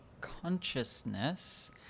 consciousness